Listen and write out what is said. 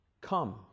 Come